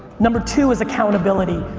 number two is accountability.